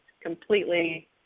completely